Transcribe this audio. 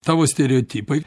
tavo stereotipai